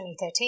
2013